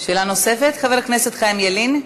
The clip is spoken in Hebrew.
שאלה נוספת, חבר הכנסת חיים ילין.